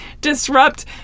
disrupt